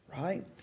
right